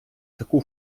таку